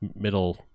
middle